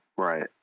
right